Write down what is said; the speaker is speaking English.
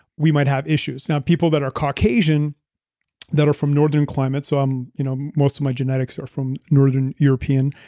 we might have issues. now people that are caucasian that are from northern climate, so um you know most of my genetics are from northern european.